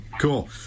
Cool